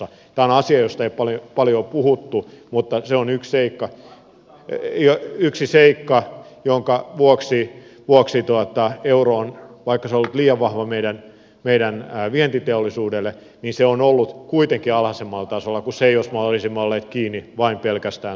tämä on asia josta ei ole paljon puhuttu mutta se on yksi seikka jonka vuoksi euro vaikka se on ollut liian vahva meidän vientiteollisuudelle on ollut kuitenkin alhaisemmalla tasolla kuin jos me olisimme olleet kiinni vain pelkästään saksassa